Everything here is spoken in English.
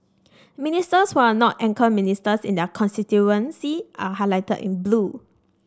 Ministers who are not anchor ministers in their constituency are highlighted in blue